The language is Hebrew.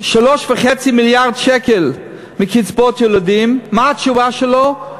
3.5 מיליארד שקל מקצבאות ילדים, מה התשובה שלו?